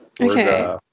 Okay